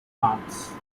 plants